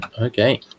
Okay